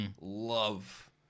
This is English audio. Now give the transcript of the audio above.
Love